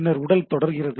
பின்னர் உடல் தொடர்கிறது